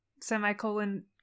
semicolon